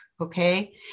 Okay